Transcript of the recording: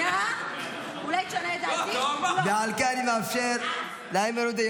על כן אני מאפשר לאיימן עודה,